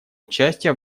участие